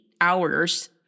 hours